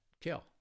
kill